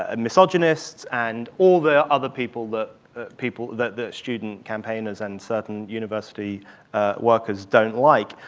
ah misogynists and all the other people that people that the student campaigners and certain university workers don't like.